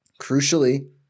crucially